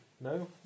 No